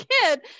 kid